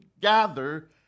gather